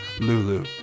Lulu